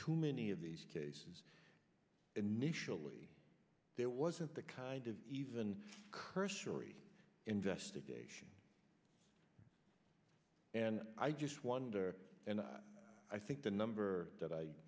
to many of these cases initially there wasn't the kind of even cursory investigation and i just wonder and i think the number